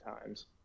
times